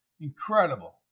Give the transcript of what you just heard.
Incredible